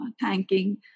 thanking